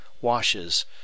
washes